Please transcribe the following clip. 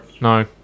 No